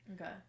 Okay